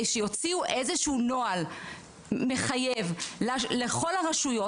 שיוציאו איזשהו נוהל מחייב לכל הרשויות.